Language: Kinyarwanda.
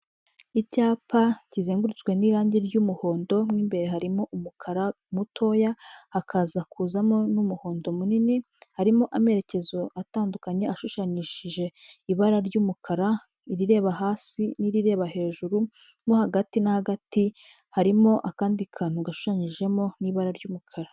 Icyapa kizengurutswe n'irange ry'umuhondo, mu imbere harimo umukara mutoya, hakaza kuzamo n'umuhondo munini, harimo amerekezo atandukanye ashushanyishije ibara ry'umukara, irireba hasi n'irireba hejuru, mo hagati na hagati harimo akandi kantu gashushanyijemo n'ibara ry'umukara.